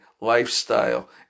lifestyle